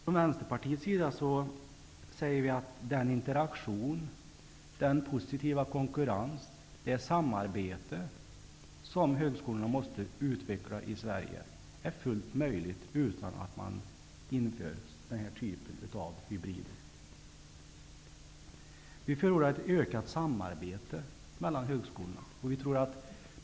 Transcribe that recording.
Vi i Vänsterpartiet menar att den interaktion, den positiva konkurrens och det samarbete som högskolorna i Sverige måste utveckla är fullt möjligt utan att man inför denna typ av hybrider. Vi förordar ett ökat samarbete mellan högskolorna.